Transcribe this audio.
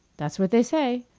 that's what they say,